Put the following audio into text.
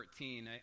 14